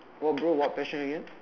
what bro what passion again